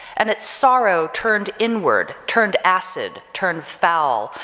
and its sorrow turned inward, turned acid, turned foul,